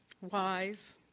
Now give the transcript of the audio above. wise